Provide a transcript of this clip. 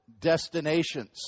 destinations